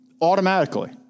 automatically